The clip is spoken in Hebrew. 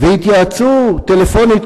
והתייעצו טלפונית,